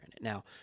now